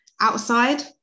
outside